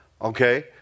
Okay